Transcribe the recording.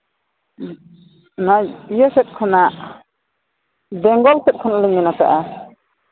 ᱤᱭᱟᱹ ᱥᱮᱫ ᱠᱷᱚᱱᱟᱜ ᱵᱮᱝᱜᱚᱞ ᱥᱮᱫ ᱠᱷᱚᱱᱟᱞᱤᱧ ᱢᱮᱱ ᱠᱟᱜᱼᱟ